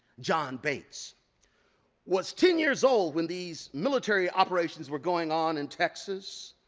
john bates was ten years old when these military operations were going on in texas.